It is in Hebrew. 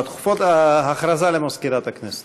הודעה למזכירת הכנסת.